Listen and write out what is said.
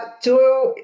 two